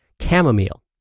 chamomile